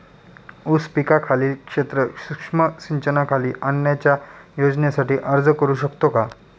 ऊस पिकाखालील क्षेत्र सूक्ष्म सिंचनाखाली आणण्याच्या योजनेसाठी अर्ज करू शकतो का?